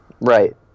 Right